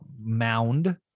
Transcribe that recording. mound